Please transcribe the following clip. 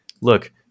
look